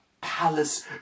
palace